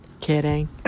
Kidding